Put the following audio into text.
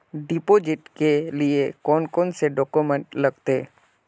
Deposit के लिए कौन कौन से डॉक्यूमेंट लगते?